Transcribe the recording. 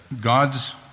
God's